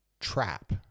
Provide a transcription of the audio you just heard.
trap